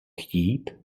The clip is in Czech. chtít